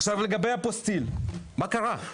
לגבי אפוסטיל, מה קרה?